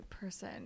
person